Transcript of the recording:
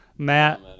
Matt